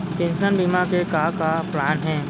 Pension बीमा के का का प्लान हे?